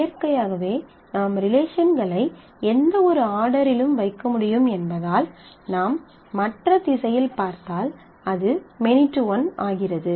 இயற்கையாகவே நாம் ரிலேஷன்களை எந்தவொரு ஆர்டரிலும் வைக்க முடியும் என்பதால் நாம் மற்ற திசையில் பார்த்தால் அது மெனி டு ஒன் ஆகிறது